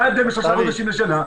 מה ההבדל בין שלושה חודשים לשנה?